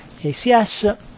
acs